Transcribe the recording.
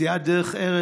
סיעת דרך ארץ,